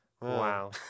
Wow